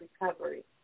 recovery